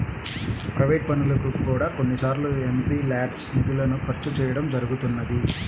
private పనులకు కూడా కొన్నిసార్లు ఎంపీల్యాడ్స్ నిధులను ఖర్చు చేయడం జరుగుతున్నది